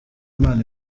imana